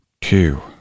two